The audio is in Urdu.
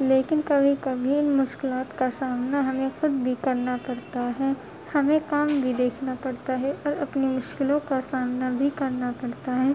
لیکن کبھی کبھی مشکلات کا سامنا ہمیں خود بھی کرنا پڑتا ہے ہمیں کام بھی دیکھنا پڑتا ہے اور اپنی مشکلوں کا سامنا بھی کرنا پڑتا ہے